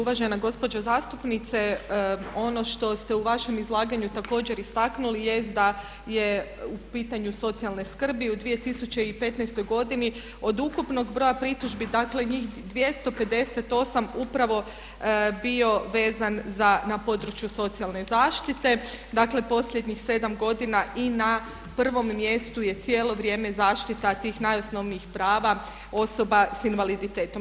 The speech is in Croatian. Uvažena gospođo zastupnice, ono što ste u vašem izlaganju također istaknuli jest da je u pitanju socijalne skrbi u 2015. godini od ukupnog broja pritužbi, dakle njih 258 upravo bio vezan na području socijalne zaštite, dakle posljednjih 7 godina i na prvom mjestu je cijelo vrijeme zaštita tih najosnovnijih prava osoba sa invaliditetom.